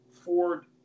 Ford